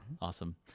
Awesome